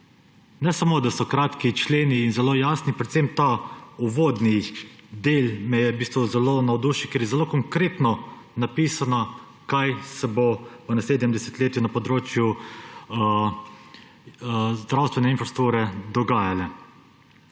Ne samo, da so členi kratki in zelo jasni, predvsem ta uvodni del me je zelo navdušil, ker je zelo konkretno napisano, kaj se bo v naslednjem desetletju na področju zdravstvene infrastrukture dogajalo.